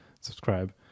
subscribe